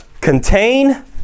Contain